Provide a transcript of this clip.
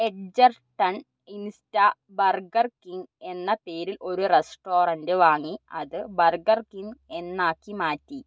Edgerton insta Burger King എന്ന പേരിൽ ഒരു റെസ്റ്റോറന്റ് വാങ്ങി അത് ബർഗർ കിംഗ് എന്നാക്കി മാറ്റി